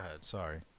Sorry